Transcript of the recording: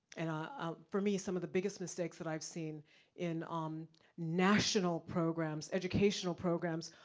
and um ah for me some of the biggest mistakes that i've seen in um national programs, educational programs,